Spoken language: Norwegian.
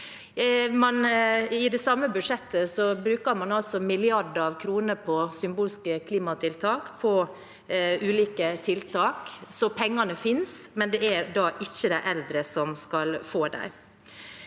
I det samme budsjettet bruker man milliarder av kroner på ulike symbolske klimatiltak, så pengene finnes, men det er da ikke de eldre som skal få dem.